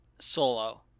solo